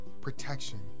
protection